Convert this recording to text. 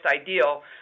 ideal